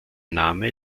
name